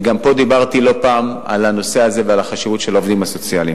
וגם פה דיברתי לא פעם על הנושא הזה ועל החשיבות של העובדים הסוציאליים.